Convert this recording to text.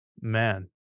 man